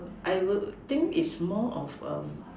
I would think is more of